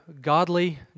godly